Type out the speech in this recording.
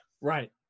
Right